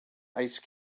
ice